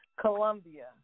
Colombia